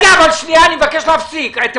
יש לי